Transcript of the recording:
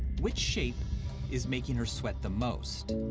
which shape is making her sweat the most?